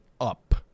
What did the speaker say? up